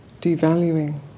devaluing